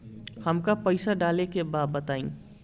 हमका पइसा डाले के बा बताई